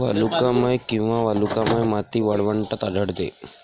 वालुकामय किंवा वालुकामय माती वाळवंटात आढळते